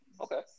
Okay